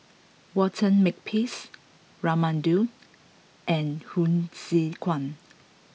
Walter Makepeace Raman Daud and Hsu Tse Kwang